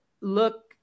look